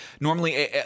normally